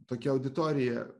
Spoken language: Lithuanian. tokia auditorija